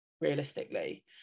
realistically